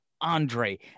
Andre